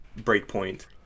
Breakpoint